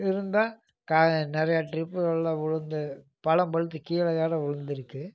இருந்தால் காய் நிறைய ட்ரிப்கள்ல விழுந்து பழம் பழுத்து கீழையோட விழுந்துருக்கு